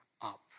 up